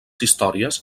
històries